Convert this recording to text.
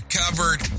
covered